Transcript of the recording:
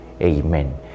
Amen